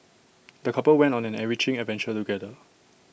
the couple went on an enriching adventure together